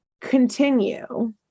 continue